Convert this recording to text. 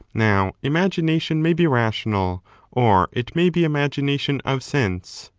now imagination may be rational or it may be imagination of sense.